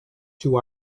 two